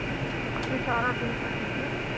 جی تو آپ یہ سارا بل کر دیجیے